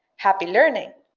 happy learning.